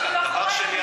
דבר שני,